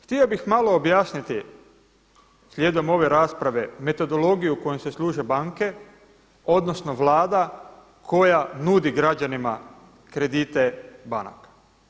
Htio bih malo objasniti slijedom ove rasprave metodologiju kojom se služe banke, odnosno banka koja nudi građanima kredite banaka.